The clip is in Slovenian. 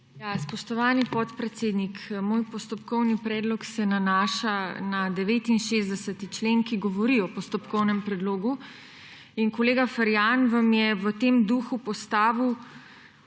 Spoštovani podpredsednik, moj postopkovni predlog se nanaša na 69. člen, ki govori o postopkovnem predlogu. Kolega Ferjan vam je v tem duhu postavil